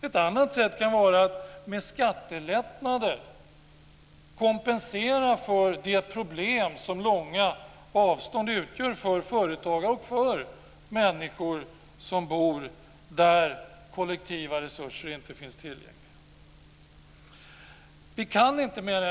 Ett annat sätt kan vara att med skattelättnader kompensera för de problem som långa avstånd utgör för företagare och för människor som bor där kollektiva resurser inte finns tillgängliga. Herr talman!